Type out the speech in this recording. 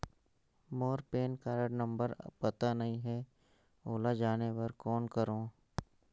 मोर PAN card number पता नहीं है, ओला जाने बर कौन करो?